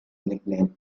nickname